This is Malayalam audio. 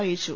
അറിയിച്ചു